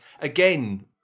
again